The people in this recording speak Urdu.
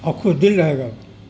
اور خوش دل رہے گا